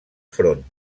front